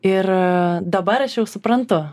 ir dabar aš jau suprantu